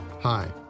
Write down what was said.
Hi